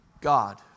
God